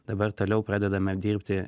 dabar toliau pradedame dirbti